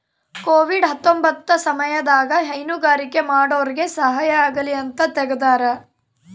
Covid ಹತ್ತೊಂಬತ್ತ ಸಮಯದಾಗ ಹೈನುಗಾರಿಕೆ ಮಾಡೋರ್ಗೆ ಸಹಾಯ ಆಗಲಿ ಅಂತ ತೆಗ್ದಾರ